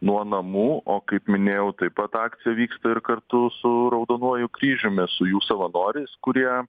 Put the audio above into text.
nuo namų o kaip minėjau taip pat akcija vyksta ir kartu su raudonuoju kryžiumi su jų savanoriais kurie